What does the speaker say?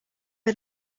are